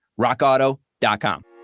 rockauto.com